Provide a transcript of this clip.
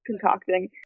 concocting